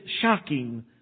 shocking